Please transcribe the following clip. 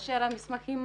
אז כאשר המסמכים